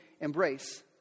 embrace